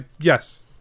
Yes